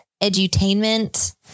edutainment